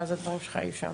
ואז הדברים שלך יהיו שם.